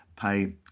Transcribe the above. pay